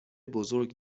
بزرگ